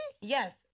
Yes